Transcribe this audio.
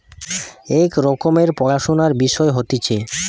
এক রকমের পড়াশুনার বিষয় হতিছে